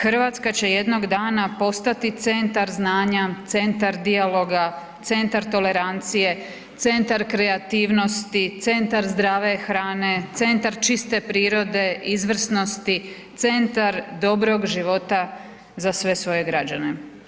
Hrvatska će jednog dana postati centar znanja, centar dijaloga, centar tolerancije, centar kreativnosti, centar zdrave hrane, centar čiste prirode, izvrsnosti, centar dobrog života za sve svoje građane.